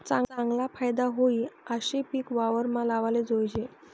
चागला फायदा व्हयी आशे पिक वावरमा लावाले जोयजे